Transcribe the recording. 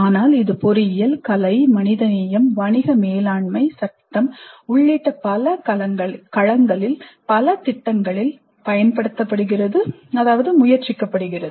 ஆனால் இது பொறியியல் கலை மனிதநேயம் வணிக மேலாண்மை சட்டம் உள்ளிட்ட பல களங்களில் பல திட்டங்களில் பயன்படுத்தப்படுகிறது முயற்சிக்கப்படுகிறது